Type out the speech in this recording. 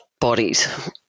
bodies